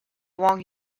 wang